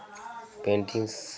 paintings